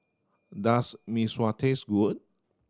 does Mee Sua taste wood